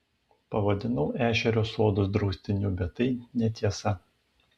pavadinau ešerio sodus draustiniu bet tai netiesa